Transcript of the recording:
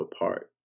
apart